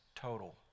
total